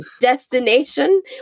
destination